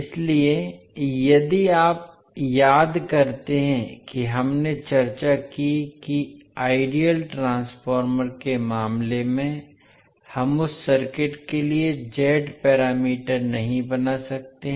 इसलिए यदि आप याद करते हैं कि हमने चर्चा की कि आइडियल ट्रांसफार्मर के मामले में हम उस सर्किट के लिए z पैरामीटर नहीं बना सकते हैं